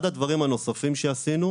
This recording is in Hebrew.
אחד הדברים הנוספים שעשינו,